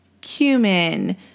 cumin